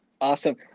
Awesome